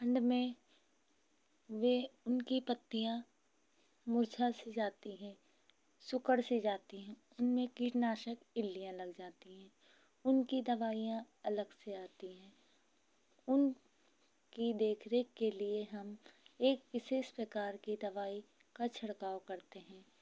ठण्ड में वे उनकी पत्तियाँ मुरझा सी जाती हैं सिकुड़ सी जाती हैं उनमें कीटनाशक इल्लियाँ लग जाती हैं उनकी दवाईयाँ अलग से आती हैं उन की देखरेख के लिए हम एक विशेष प्रकार के दवाई का छिड़काव करते हैं